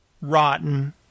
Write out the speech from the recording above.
rotten